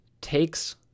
takes